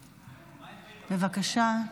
בבקשה.